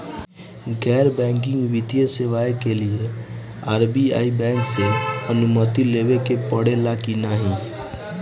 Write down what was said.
गैर बैंकिंग वित्तीय सेवाएं के लिए आर.बी.आई बैंक से अनुमती लेवे के पड़े ला की नाहीं?